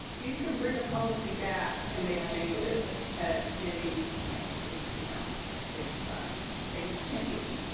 you can bring a policy back and make changes at any point if you don't, if things change,